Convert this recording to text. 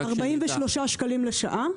43 שקלים לשעה.